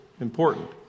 important